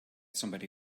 somebody